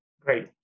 Great